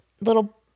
little